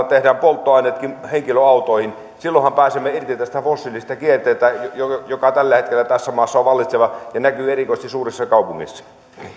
tehdään polttoaineetkin henkilöautoihin silloinhan pääsemme irti tästä fossiilisten kierteestä joka tällä hetkellä tässä maassa on vallitseva ja näkyy erikoisesti suurissa kaupungeissa